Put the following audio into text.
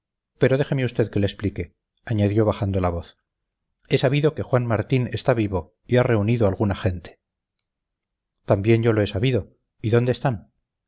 pero déjeme usted que le explique añadió bajando la voz he sabido que juan martín está vivo y ha reunido alguna gente también yo lo he sabido y dónde están